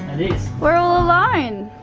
is. we're all alone.